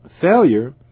Failure